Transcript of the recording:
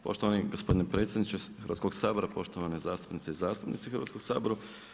Poštovani gospodine predsjedniče Hrvatskoga sabora, poštovane zastupnice i zastupnici u Hrvatskom saboru.